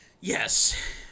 Yes